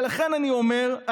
ולכן אני אומר,